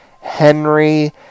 Henry